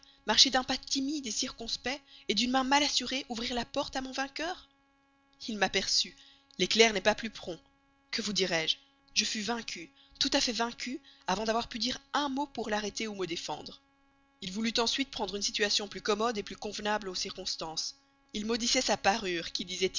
marcher d'un pas timide circonspect d'une main mal assurée ouvrir la porte à mon vainqueur il m'aperçut l'éclair n'est pas plus prompt que vous dirai-je je fus vaincue tout à fait vaincue avant d'avoir pu dire un mot pour l'arrêter ou me défendre il voulut ensuite prendre une situation plus commode plus convenable aux circonstances il maudissait sa parure qui